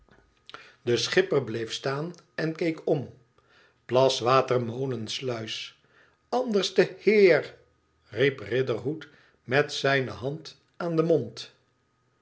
de schipper bleef staan en keek om plaswater molensluisi anderste hee eer r r riep riderhood met zijne hand aan den mond